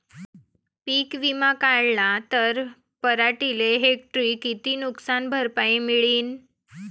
पीक विमा काढला त पराटीले हेक्टरी किती नुकसान भरपाई मिळीनं?